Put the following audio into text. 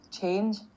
change